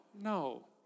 no